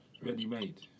ready-made